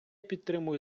підтримую